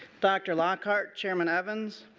dr. lockard, chairman evans,